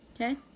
Okay